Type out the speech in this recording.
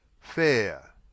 Fair